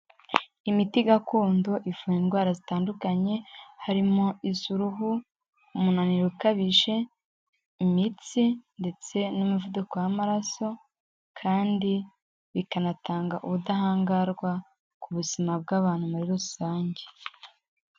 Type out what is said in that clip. Imiti gakondo ivura indwara zitandukanye harimo iz'uruhu, umunaniro ukabije, imitsi ndetse n'umuvuduko w'amaraso kandi bikanatanga ubudahangarwa ku buzima bw'abantu muri rusange.